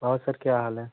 और सर क्या हाल है